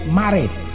married